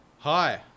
Hi